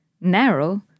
narrow